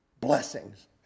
Blessings